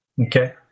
Okay